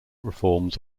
reforms